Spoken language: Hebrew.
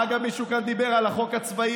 אגב, מישהו כאן דיבר על החוק הצבאי.